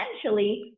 essentially